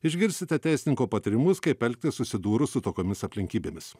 išgirsite teisininko patarimus kaip elgtis susidūrus su tokiomis aplinkybėmis